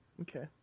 Okay